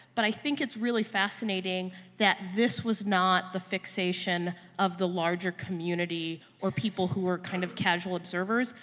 but i think it's really fascinating that this was not the fixation of the larger community or people who were kind of casual observers.